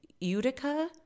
Utica